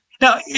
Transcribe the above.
Now